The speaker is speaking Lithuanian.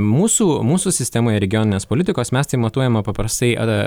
mūsų mūsų sistemoje regioninės politikos mes tai matuojame paprastai ar